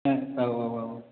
औ औ औ